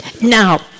now